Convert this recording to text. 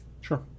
sure